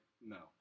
No